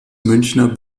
münchner